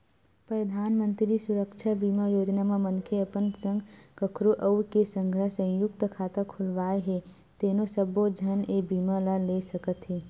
परधानमंतरी सुरक्छा बीमा योजना म मनखे अपन संग कखरो अउ के संघरा संयुक्त खाता खोलवाए हे तेनो सब्बो झन ए बीमा ल ले सकत हे